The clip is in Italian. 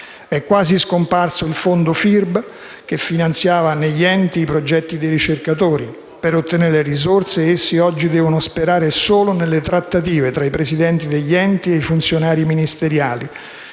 È quasi scomparso il fondo FIRB, che finanziava negli enti i progetti dei ricercatori. Per ottenere risorse essi, oggi, devono sperare solo nelle trattative tra i presidenti degli enti e i funzionari ministeriali,